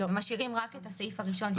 משאירים רק את הסעיף הראשון.